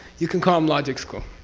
you can call them logic school,